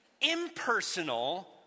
impersonal